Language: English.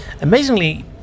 amazingly